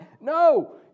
no